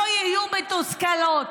לא יהיו מתוסכלות,